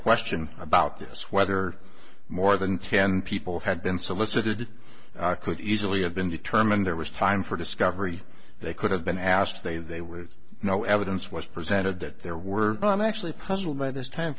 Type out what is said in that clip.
question about this whether more than ten people had been solicited could easily have been determined there was time for discovery they could have been asked they they with no evidence was presented that there were no i'm actually puzzled by this time